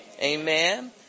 Amen